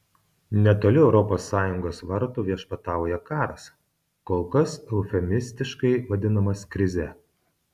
netoli europos sąjungos vartų viešpatauja karas kol kas eufemistiškai vadinamas krize